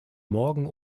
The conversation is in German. morgen